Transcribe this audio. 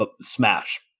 Smash